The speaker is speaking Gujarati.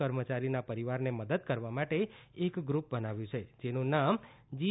કર્મચારીના પરિવારને મદદ કરવા માટે એક ગ્રુપ બનાવ્યુ છે જેનું નામ જી